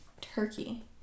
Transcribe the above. turkey